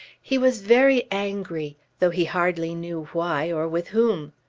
he was very angry though he hardly knew why or with whom.